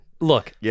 Look